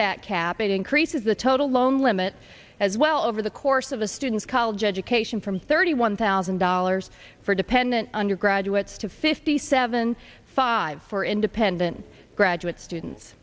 that cap it increases the total loan limit as well over the course of a student's college education from thirty one thousand dollars for dependent undergraduates to fifty seven five for independent graduate students